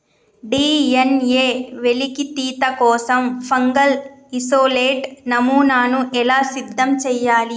DNA వెలికితీత కోసం fungal isolate నమూనాను ఎలా సిద్ధం చెయ్యాలి?